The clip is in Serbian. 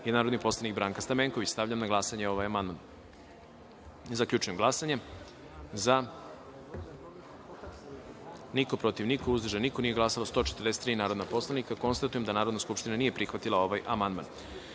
i narodni poslanik Branka Stamenković. Stavljam na glasanje ovaj amandman. Zaključujem glasanje: za – niko, protiv – niko, uzdržanih – nema, nije glasalo 143 narodna poslanika. Konstatujem da Narodna skupština nije prihvatila ovaj amandman. Na